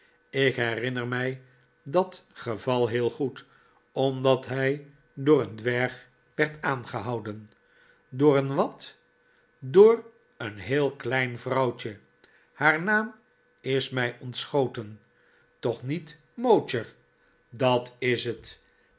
ik herinner mij dat geval heel goed omdat hij door een dwerg werd aangehouden door een wat door een heel klein vrouwtje haar naam is mij ontschoten toch niet mowcher dat is het